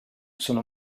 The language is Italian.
sono